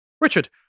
Richard